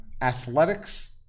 Athletics